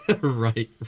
Right